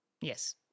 Yes